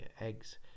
eggs